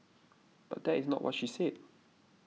but that is not what she said